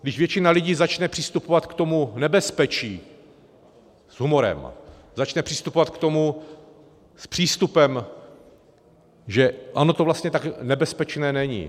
Když většina lidí začne přistupovat k tomu nebezpečí s humorem, začne přistupovat k tomu s přístupem, že ono to vlastně tak nebezpečné není.